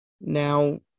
Now